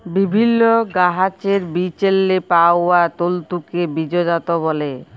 বিভিল্ল্য গাহাচের বিচেল্লে পাউয়া তল্তুকে বীজজাত ব্যলে